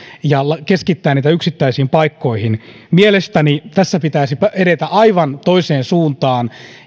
ja keskittää niitä yksittäisiin paikkoihin mielestäni tässä pitäisi edetä aivan toiseen suuntaan